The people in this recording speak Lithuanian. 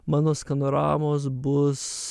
mano skanoramos bus